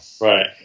Right